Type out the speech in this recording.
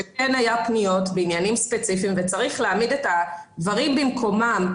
שכן היו פניות בעניינים ספציפיים וצריך להעמיד את הדברים במקומם.